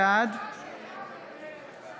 בעד